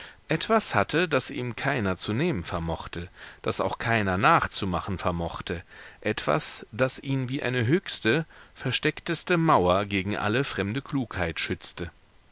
etwas hatte das ihm keiner zu nehmen vermochte das auch keiner nachzumachen vermochte etwas das ihn wie eine höchste versteckteste mauer gegen alle fremde klugheit schützte